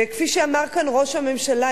וכפי שאמר כאן ראש הממשלה,